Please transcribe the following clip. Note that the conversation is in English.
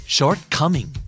Shortcoming